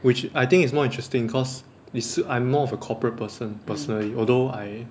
which I think is more interesting cause it s~ I'm more of a corporate person personally although I